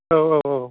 औ औ औ